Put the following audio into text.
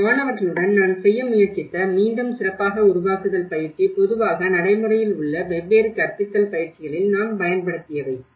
எனது மாணவர்களுடன் நான் செய்ய முயற்சித்த மீண்டும் சிறப்பாக உருவாக்குதல் பயிற்சி பொதுவாக நடைமுறையில் உள்ள வெவ்வேறு கற்பித்தல் பயிற்சிகளில் நான் பயன்படுத்தியவை